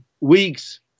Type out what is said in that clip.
weeks